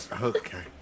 Okay